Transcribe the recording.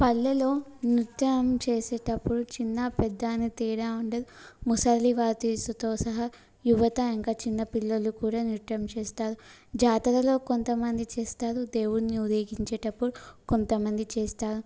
పల్లెలో నృత్యం చేసేటప్పుడు చిన్నా పెద్ద అని తేడా ఉండదు ముసలివాళ్ళతో సహా యువత ఇంకా చిన్నపిల్లలు కూడా నృత్యం చేస్తారు జాతరలో కొంతమంది చేస్తారు దేవుడిని ఊరేగించేటప్పుడు కొంతమంది చేస్తారు